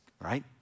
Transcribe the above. right